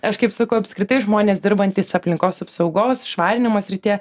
aš kaip sakau apskritai žmonės dirbantys aplinkos apsaugos švarinimo srityje